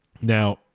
Now